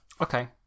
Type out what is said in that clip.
Okay